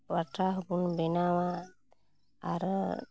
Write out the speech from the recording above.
ᱯᱟᱴᱟ ᱦᱚᱸᱵᱚᱱ ᱵᱮᱱᱟᱣᱟ ᱟᱨᱚ